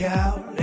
out